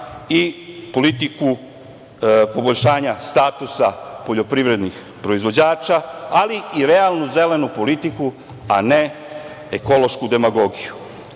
i politiku poboljšanja statusa poljoprivrednih proizvođača, ali i realnu zelenu politiku, a ne ekološku demagogiju. Da